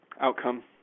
outcome